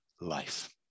life